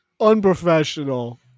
Unprofessional